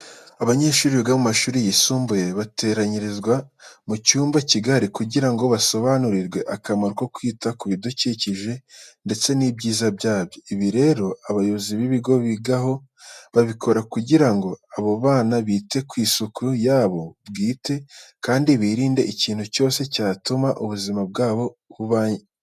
Abanyeshuri biga mu mashuri yisumbuye bateranyirizwa mu cyumba kigari kugira ngo basobanurirwe akamaro ko kwita ku bidukikije ndetse n'ibyiza byabyo. Ibi rero abayobozi b'ibigo bigaho, babikora kugira ngo aba bana bite ku isuku yabo bwite kandi birinde ikintu cyose cyatuma ubuzima bwabo bwangirika.